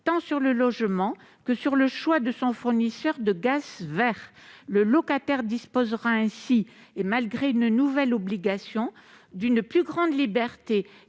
tant sur le logement que sur son fournisseur de gaz vert. Le locataire disposera ainsi, et malgré une nouvelle obligation, d'une plus grande liberté